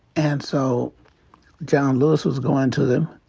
and so john lewis was going to them.